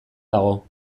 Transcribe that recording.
dago